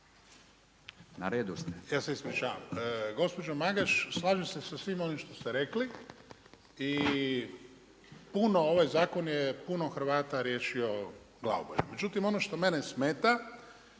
Ivan (HDZ)** Ispričavam se. Gospođo Magaš, slažem se sa svim onim što ste rekli i puno, ovaj zakon je puno Hrvata riješio glavobolja. Međutim, ono što mene smeta